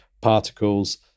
particles